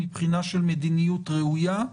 מבחינה של מדיניות ראויה,